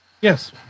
yes